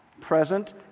present